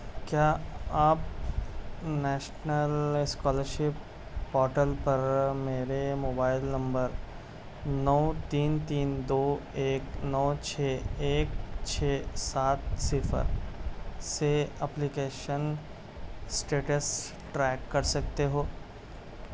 کیا آپ national scholarship portal پر میرے موبائل نمبر نو تین تین دو ایک نو چھ ایک چھ سات صفر سے اپلیکیشن اسٹیٹس ٹریک کر سکتے ہو